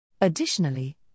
Additionally